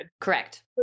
Correct